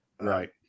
Right